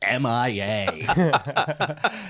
MIA